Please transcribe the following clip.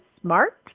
smart